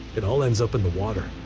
it all ends up in the water.